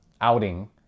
outing